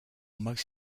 most